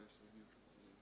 שלום.